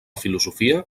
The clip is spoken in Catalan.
filosofia